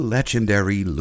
Legendary